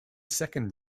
second